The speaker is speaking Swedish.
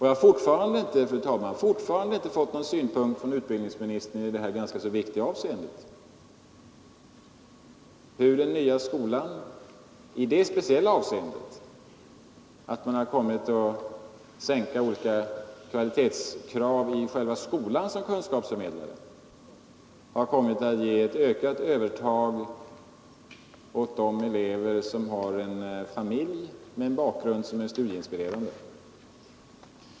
Jag har fortfarande inte fått någon synpunkt från utbildningsministern på det faktum att den nya skolan, genom att man har sänkt kvalitetskraven i själva skolan som kunskapsförmedlare, har kommit att ge ett ökat övertag åt de elever som har en familjebakgrund som är studieinspirerande.